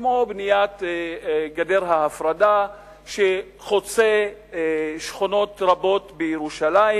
כמו בניית גדר ההפרדה שחוצה שכונות רבות בירושלים,